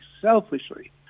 selfishly